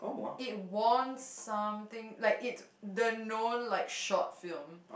it won something like it's the known like the short flim